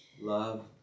love